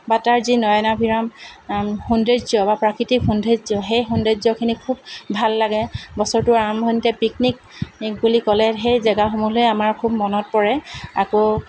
বা তাৰ যি নয়নাভিৰাম সৌন্দৰ্য্য বা প্ৰাকৃতিক সৌন্দৰ্য্য সেই সৌন্দৰ্য্যখিনি খুব ভাল লাগে বছৰটো আৰম্ভণিতে পিকনিক বুলি ক'লে সেই জাগাসমূহলৈ আমাৰ খুব মনত পৰে আকৌ